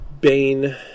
Bane